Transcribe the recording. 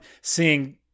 seeing